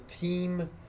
team